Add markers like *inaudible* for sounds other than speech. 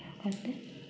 *unintelligible*